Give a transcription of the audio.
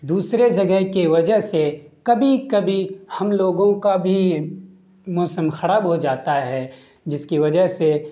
دوسرے جگہ کے وجہ سے کبھی کبھی ہم لوگوں کا بھی موسم خراب ہو جاتا ہے جس کی وجہ سے